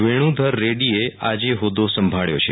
વેણુ ધર રેક્રી એ આજે હોદ્દો સંભાળ્યો છે